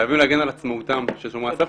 חייבים להגן על עצמאותם של שומרי הסף,